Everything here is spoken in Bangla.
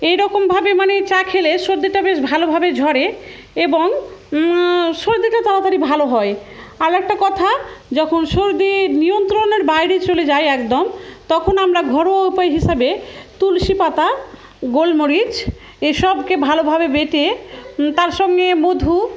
এইরকমভাবে মানে চা খেলে সর্দিটা বেশ ভালোভাবে ঝরে এবং সর্দিটা তাড়াতাড়ি ভালো হয় আর একটা কথা যখন সর্দি নিয়ন্ত্রণের বাইরে চলে যাই একদম তখন আমরা ঘরোয়া উপায় হিসাবে তুলসী পাতা গোলমরিচ এসবকে ভালোভাবে বেটে তার সঙ্গে মধু